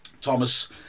Thomas